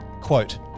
Quote